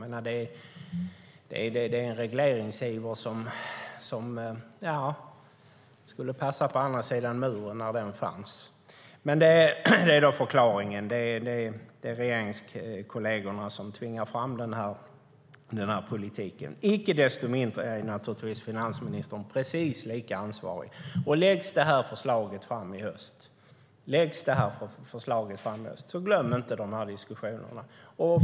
Det är en regleringsiver som skulle ha passat på andra sidan muren när den fanns. Men förklaringen är alltså att regeringskollegerna tvingar fram den här politiken. Icke desto mindre är naturligtvis finansministern precis lika ansvarig. Läggs detta förslag fram i höst, glöm då inte de här diskussionerna!